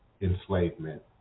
enslavement